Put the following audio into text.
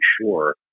sure